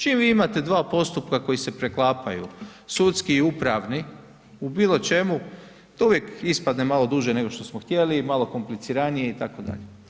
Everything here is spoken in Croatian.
Čim vi imate dva postupka koji se preklapaju, sudski i upravni u bilo čemu, to uvijek ispadne malo duže nego što smo htjeli i malo kompliciranije itd.